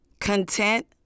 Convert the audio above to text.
content